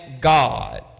God